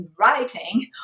writing